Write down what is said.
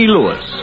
Lewis